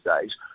days